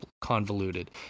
convoluted